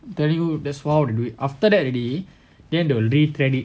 tell you that's how they do it after that already then they will re-thread it